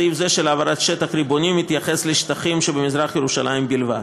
שבו סעיף זה של העברת שטח ריבוני מתייחס לשטחים שבמזרח ירושלים בלבד.